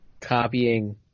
copying